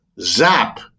zap